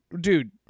dude